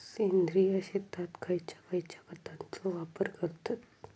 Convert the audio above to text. सेंद्रिय शेतात खयच्या खयच्या खतांचो वापर करतत?